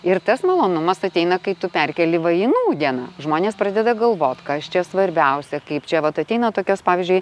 ir tas malonumas ateina kai tu perkeli va į nūdieną žmonės pradeda galvot kas čia svarbiausia kaip čia vat ateina tokios pavyzdžiui